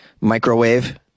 microwave